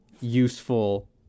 useful